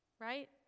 right